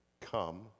come